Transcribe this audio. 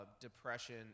depression